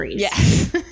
Yes